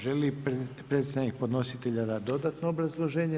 Želi li predstavnik podnositelja dati dodatno obrazloženje?